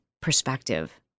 perspective